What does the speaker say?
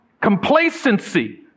Complacency